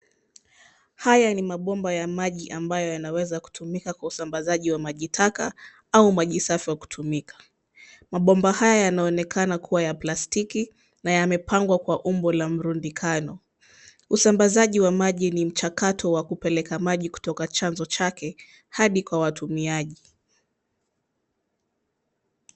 Haya ni mabomba ya maji ambayo yanaweza kutumika kwa usambazaji wa majitaka au maji safi wa kutumika. Mabomba haya yanaonekana kuwa ya plastiki na yamepangwa kwa umbo la mrundikano. Usambazaji wa maji ni mchakato wa kupeleka maji kutoka chanzo chake hadi kwa watumiaji.